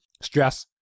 Stress